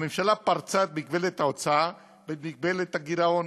הממשלה פרצה את מגבלת ההוצאה ואת מגבלת הגירעון.